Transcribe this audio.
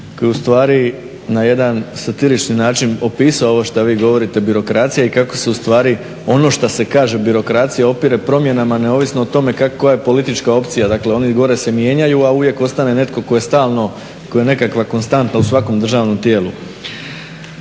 ustvari na jedan satirični način opisuje ovo što vi govorite, birokracija i kako se ustvari ono što se kaže, birokracija opire promjenama, neovisno o tome kako koja politička opcija, dakle, oni gore se mijenjaju, a uvijek ostane netko tko je stalno, tko je nekakva konstanta u svakom državnom tijelu.